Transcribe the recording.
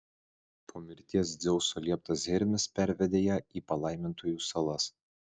po mirties dzeuso lieptas hermis pervedė ją į palaimintųjų salas